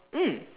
mm